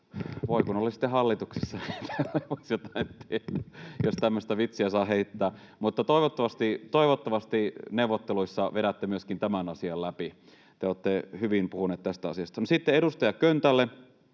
voi, kun olisitte hallituksessa, [Nauraa] niin tälle voisi jotain tehdä, jos tämmöistä vitsiä saa heittää. Mutta toivottavasti neuvotteluissa vedätte myöskin tämän asian läpi. Te olette hyvin puhunut tästä asiasta. No, sitten edustaja Köntälle: